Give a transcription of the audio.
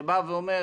שבא ואומר,